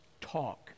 talk